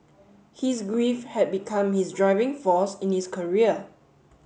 his grief had become his driving force in his career